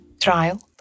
trial